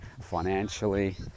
financially